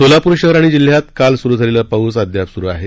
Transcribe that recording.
सोलापूर शहर आणि जिल्ह्यात काल सुरू झालेला पाऊस अद्याप सुरु आहे